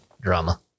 Drama